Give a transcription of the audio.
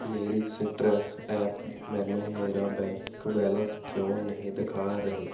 ਮੇਰੀ ਸੀਟਰੈਸ ਐਪ ਮੈਨੂੰ ਮੇਰਾ ਬੈਂਕ ਬੈਲੇਂਸ ਕਿਉਂ ਨਹੀਂ ਦਿਖਾ ਰਹੀ